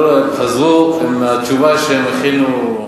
לא, הם חזרו מהתשובה שהם הכינו.